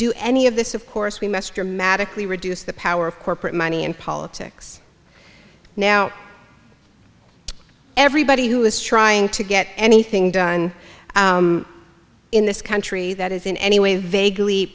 do any of this of course we must dramatically reduce the power of corporate money in politics now everybody who is trying to get anything done in this country that is in any way vaguely